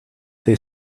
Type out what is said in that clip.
they